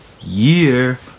year